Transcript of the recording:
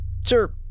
sir